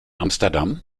amsterdam